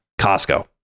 Costco